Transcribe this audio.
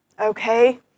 Okay